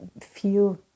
feel